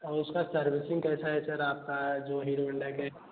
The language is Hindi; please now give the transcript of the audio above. और उसका सर्विसिन्ग कैसा है सर आपका जो हीरो होन्डा का है